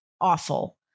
awful